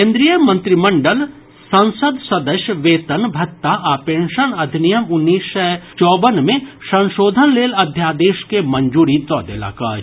केन्द्रीय मंत्रिमंडल संसद सदस्य वेतन भत्ता आ पेंशन अधिनियम उन्नैस सय चौवन मे संशोधन लेल अध्यादेश के मंजूरी दऽ देलक अछि